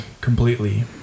completely